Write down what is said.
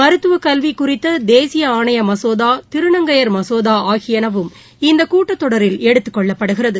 மருத்துவகல்விகுறித்ததேசியஆணையமசோதா திருநங்கையர் மசோதா ஆகியனவும் இந்தகூட்டத் தொடரில் எடுத்துக்கொள்ளப்டுகிறது